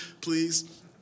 please